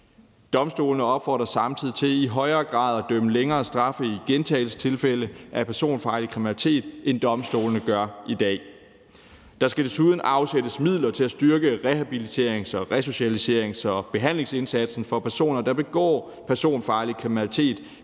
Domstolene opfordrer samtidig til i højere grad at idømme længere straffe i gentagelsestilfælde af personfarlig kriminalitet, end domstolene gør i dag. Der skal desuden afsættes midler til at styrke rehabiliterings-, resocialiserings- og behandlingsindsatsen for personer, der begår personfarlig kriminalitet,